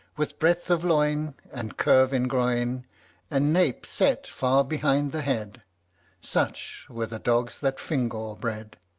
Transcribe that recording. with breadth of loin, and curve in groin and nape set far behind the head such were the dogs that fingal bred.